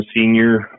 senior